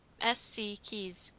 s. c. keyes